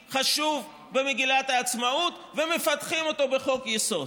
בין חברי הכנסת שהיו חתומים על החוק הזה,